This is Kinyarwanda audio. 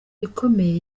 ikomeye